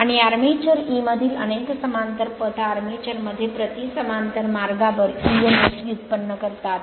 आणि armature E मधील अनेक समांतर पथ आर्मेचर मध्ये प्रति समांतर मार्गावर emf व्युत्पन्न करतात